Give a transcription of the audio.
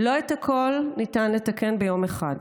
לא את הכול ניתן לתקן ביום אחד,